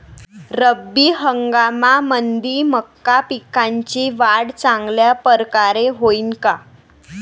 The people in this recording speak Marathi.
रब्बी हंगामामंदी मका पिकाची वाढ चांगल्या परकारे होईन का?